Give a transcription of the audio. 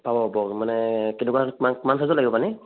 হ'ব হ'ব মানে কেনেকুৱা কিমা কিমান ছাইজৰ লাগিব পানী